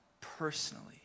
personally